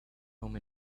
home